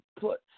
put